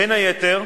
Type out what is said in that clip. בין היתר,